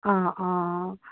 অঁ অঁ